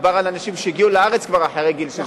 מדובר על אנשים שהגיעו לארץ כבר אחרי גיל של שירות בצבא.